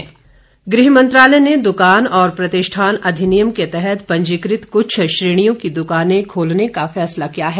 सरकार परामर्श गृह मंत्रालय ने दुकान और प्रतिष्ठान अधिनियम के तहत पंजीकृत कुछ श्रेणियों की दुकानें खोलने का फैसला किया है